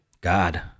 God